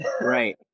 Right